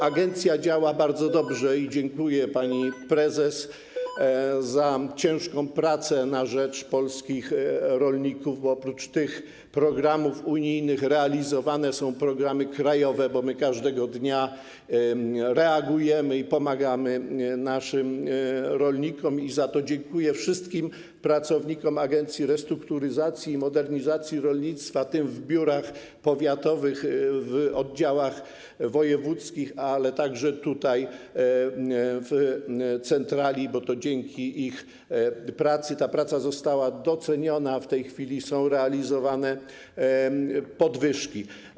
Agencja działa bardzo dobrze i dziękuję pani prezes za ciężką pracę na rzecz polskich rolników, bo oprócz tych programów unijnych realizowane są programy krajowe, bo my każdego dnia reagujemy i pomagamy naszym rolnikom - i za to dziękuję wszystkim pracownikom Agencji Restrukturyzacji i Modernizacji Rolnictwa, tym w biurach powiatowych, w oddziałach wojewódzkich, ale także tutaj, w centrali, bo to dzięki ich pracy ta praca została doceniona, w tej chwili są realizowane podwyżki.